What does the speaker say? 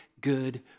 good